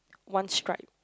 one stripe